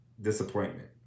disappointment